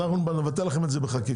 אנחנו נבטל לכם את זה בחקיקה.